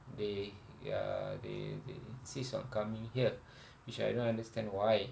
they uh they they insist on coming here which I don't understand why